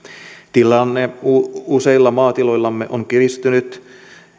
tilanne useilla maatiloillamme on kiristynyt